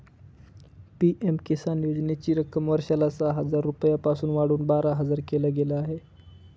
PM Kisan योजनेची रक्कम वर्षाला सहा हजार रुपयांपासून वाढवून बारा हजार केल गेलं आहे